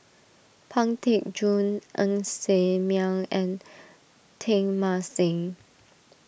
Pang Teck Joon Ng Ser Miang and Teng Mah Seng